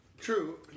True